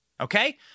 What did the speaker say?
okay